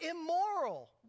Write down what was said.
immoral